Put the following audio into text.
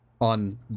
on